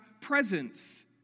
presence